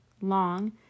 long